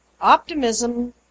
Optimism